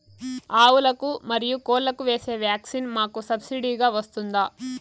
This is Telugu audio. ఆవులకు, మరియు కోళ్లకు వేసే వ్యాక్సిన్ మాకు సబ్సిడి గా వస్తుందా?